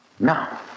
Now